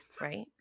right